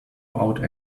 out